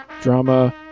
drama